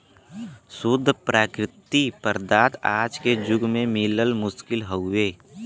शुद्ध प्राकृतिक पदार्थ आज के जुग में मिलल मुश्किल हउवे